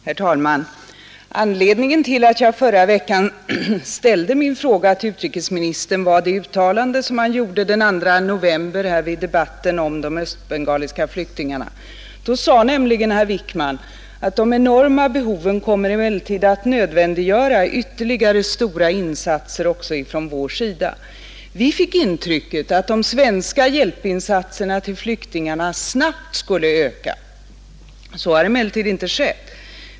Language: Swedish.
Herr talman! Anledningen till att jag i förra veckan ställde min fråga till utrikesministern var det uttalande som han gjorde den 2 november i vår debatt om de östbengaliska flyktingarna. Då sade herr Wickman att de enorma behoven kommer att nödvändiggöra ytterligare stora insatser också från vår sida. Vi fick det intrycket att de svenska hjälpinsatserna till flyktingarna snabbt skulle öka. Så har emellertid inte skett.